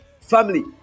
family